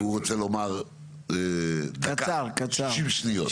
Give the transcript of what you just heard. הוא רוצה לומר בשישים שניות.